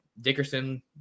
Dickerson